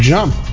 Jump